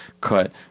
cut